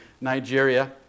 Nigeria